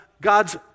God's